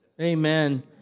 Amen